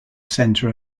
centre